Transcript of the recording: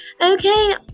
Okay